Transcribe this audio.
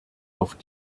auf